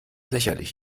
lächerlich